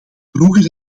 vroeger